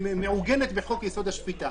מעוגנת בחוק יסוד: השפיטה.